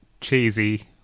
cheesy